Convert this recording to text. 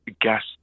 gas